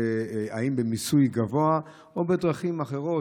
האם במיסוי גבוה או בדרכים אחרות,